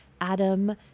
Adam